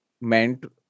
meant